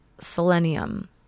selenium